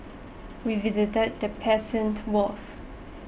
we visited the Persian Gulf